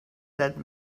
that